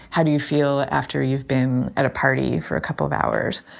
how do you feel after you've been at a party for a couple of hours?